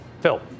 Phil